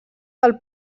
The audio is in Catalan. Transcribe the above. del